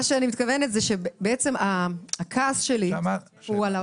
מה שאני מתכוונת זה שבעצם הכעס שלי הוא על האוצר.